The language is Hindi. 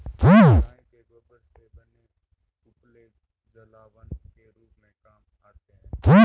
गाय के गोबर से बने उपले जलावन के रूप में काम आते हैं